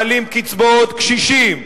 מעלים קצבאות קשישים,